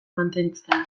mantentzea